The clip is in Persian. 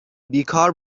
بیکار